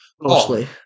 mostly